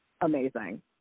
amazing